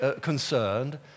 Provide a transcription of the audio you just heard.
concerned